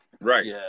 right